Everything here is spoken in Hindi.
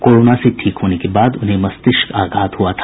कोरोना से ठीक होने के बाद उन्हें मस्तिष्क आघात हुआ था